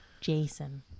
Jason